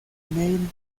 neil